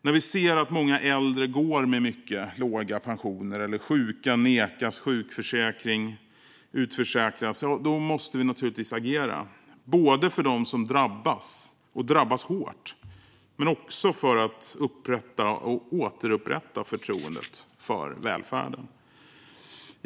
När vi ser att många äldre går med mycket låga pensioner och att sjuka nekas sjukförsäkring eller utförsäkras måste vi agera - för dem som drabbas, och drabbas hårt, men också för att återupprätta förtroendet för välfärden.